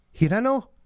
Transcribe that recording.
Hirano